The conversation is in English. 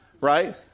Right